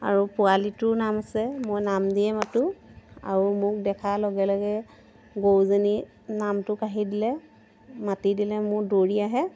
আৰু পোৱালিটোৰ নাম আছে মই নাম দিয়ে মাতোঁ আৰু মোক দেখাৰ লগে লগে গৰুজনীয়ে নামটো কাঢ়ি দিলে মাতি দিলে মোৰ দৌৰি আহে